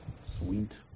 Sweet